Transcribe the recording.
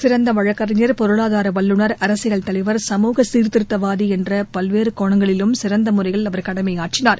சிறந்த வழக்கறிஞர் பொருளாதார வல்லுநர் அரசியல் தலைவர் சமூக சீர்திருத்தவாதி என்ற பல்வேறு கோணங்களிலும் சிறந்த முறையில் அவர் கடமையாற்றினார்